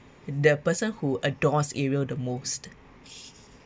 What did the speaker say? the person who adores ariel the most